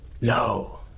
No